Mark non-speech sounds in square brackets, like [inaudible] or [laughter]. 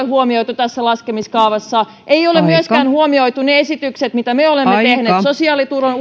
[unintelligible] huomioitu tässä laskemiskaavassa ei ole myöskään huomioitu niitä esityksiä mitä me olemme tehneet sosiaaliturvan [unintelligible]